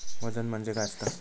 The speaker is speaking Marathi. वजन म्हणजे काय असता?